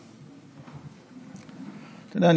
אתה יודע,